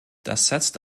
das